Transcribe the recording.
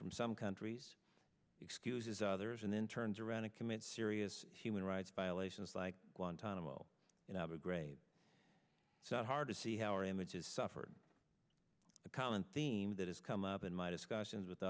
from some countries excuses others and then turns around and commit serious human rights violations like guantanamo and abu ghraib it's not hard to see how our image is suffered a common theme that has come up in my discussions with